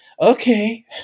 Okay